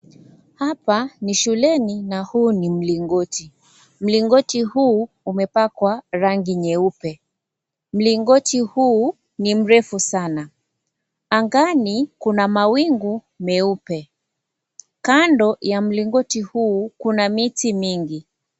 Hapa ni shuleni na huu ni mlingoti. Mlingoti huu umepakwa rangi nyeupe. Mlingoti huu ni mweupe sana. Angani kuna mawingu meupe. Kando ya mlingoti huu kuna miti mingi.